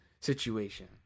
situation